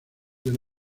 del